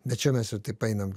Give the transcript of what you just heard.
bet čia jau mes jau taip einam